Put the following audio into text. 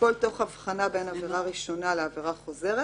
הכול תוך הבחנה בין עבירה ראשונה לעבירה חוזרת